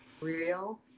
real